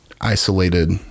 isolated